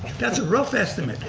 that's a rough estimate.